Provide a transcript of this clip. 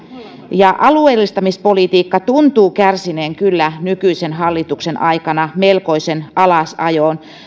ja alueellistamispolitiikka tuntuu kärsineen kyllä nykyisen hallituksen aikana melkoisen alasajon